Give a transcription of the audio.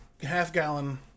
half-gallon